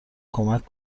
کمک